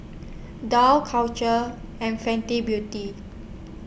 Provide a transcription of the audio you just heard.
Dough Culture and Fenty Beauty